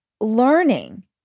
learning